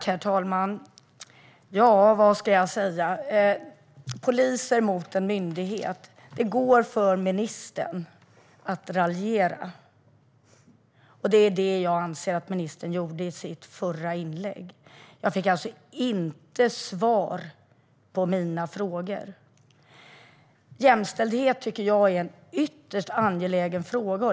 Herr talman! Poliser mot en myndighet - vad ska jag säga? Det går för ministern att raljera, och det är det jag anser att hon gjorde i sitt förra inlägg. Jag fick inte svar på mina frågor. Jämställdhet tycker jag är en ytterst angelägen fråga.